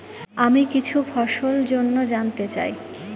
আমি কিছু ফসল জন্য জানতে চাই